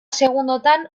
segundotan